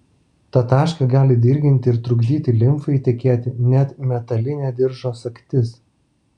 tą tašką gali dirginti ir trukdyti limfai tekėti net metalinė diržo sagtis